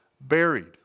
buried